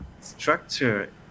structure